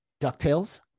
DuckTales